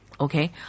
Okay